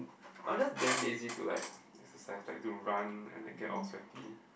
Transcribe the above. but just then lazy to like exercise like to run and get all sweaty